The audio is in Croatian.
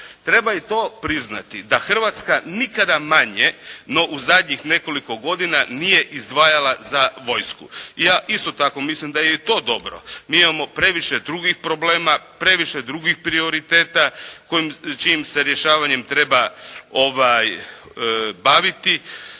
Treba i to priznati da Hrvatska nikada manje no u zadnjih nekoliko godina nije izdvajala za vojsku, i ja isto tako mislim da je i to dobro. Mi imamo previše drugih problema, previše drugih prioriteta čijim se rješavanjem treba baviti